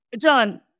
John